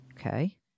Okay